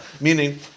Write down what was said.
meaning